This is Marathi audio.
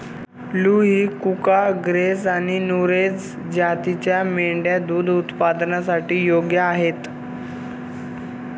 लुही, कुका, ग्राझ आणि नुरेझ जातींच्या मेंढ्या दूध उत्पादनासाठी योग्य आहेत